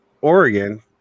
Oregon